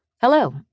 Hello